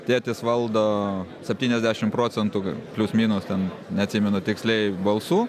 tėtis valdo septyniasdešim procentų plius minus ten neatsimenu tiksliai balsų